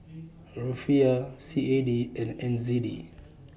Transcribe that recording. Rufiyaa C A D and N Z D